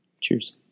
Cheers